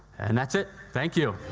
and that's it. thank you.